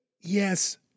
yes